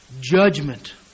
judgment